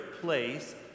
place